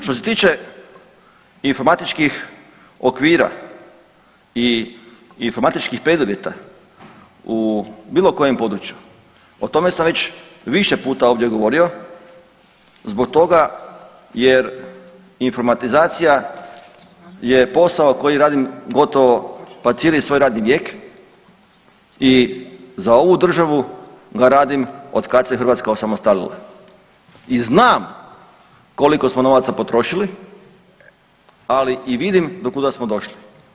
Što se tiče informatičkih okvira i informatičkih preduvjeta u bilo kojem području, o tome sam već više puta ovdje govorio zbog toga jer informatizacija je posao koji radim gotovo pa cijeli svoj radni vijek i za ovu državu ga radim od kada se Hrvatska osamostalila i znam koliko smo novaca potrošili, ali i vidim do kuda smo došli.